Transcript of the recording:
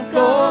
go